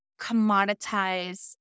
commoditize